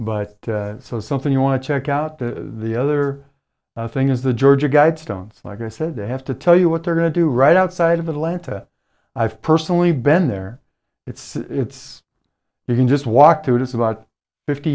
but so something you want to check out the other thing is the georgia guidestones like i said they have to tell you what they're going to do right outside of atlanta i've personally been there it's it's you can just walk through it it's about fifty